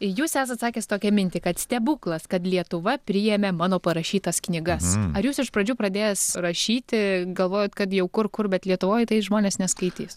jūs esat sakęs tokią mintį kad stebuklas kad lietuva priėmė mano parašytas knygas ar jūs iš pradžių pradėjęs rašyti galvojot kad jau kur kur bet lietuvoj tai žmonės neskaitys